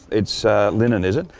it's linen is it?